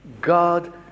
God